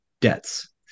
debts